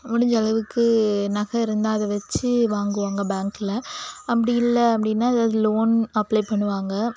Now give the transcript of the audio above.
முடிஞ்சளவுக்கு நகை இருந்தால் அதை வச்சு வாங்குவாங்க பேங்கில் அப்படி இல்லை அப்படினா ஏதாது லோன் அப்ளை பண்ணுவாங்க